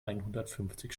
einhundertfünfzig